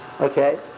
okay